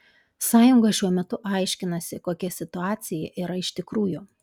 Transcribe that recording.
sąjunga šiuo metu aiškinasi kokia situacija yra iš tikrųjų